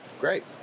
Great